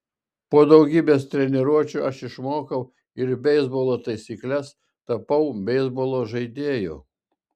po daugybės treniruočių aš išmokau ir beisbolo taisykles tapau beisbolo žaidėju